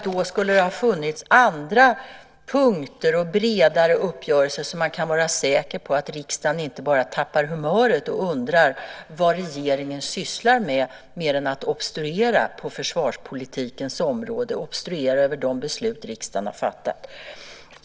Då skulle det ha funnits andra punkter och bredare uppgörelser så att man kan vara säker på att riksdagen inte bara tappar humöret och undrar vad regeringen sysslar med mer än att obstruera på försvarspolitikens område och obstruera över de beslut riksdagen har fattat.